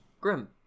Grim